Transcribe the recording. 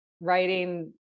writing